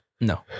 No